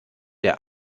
der